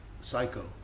psycho